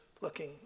looking